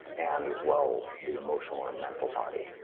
and as well the emotional and mental body.